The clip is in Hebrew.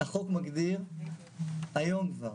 החוק מגדיר, היום כבר,